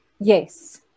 Yes